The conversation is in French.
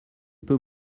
peux